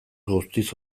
guztiz